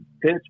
pitch